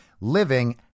living